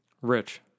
Rich